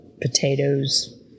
potatoes